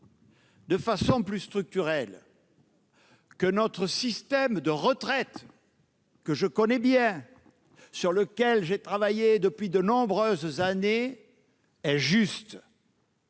de vue structurel, notre système de retraite, que je connais bien, sur lequel je travaille depuis de nombreuses années, est juste ?